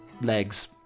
legs